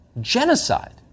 genocide